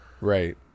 right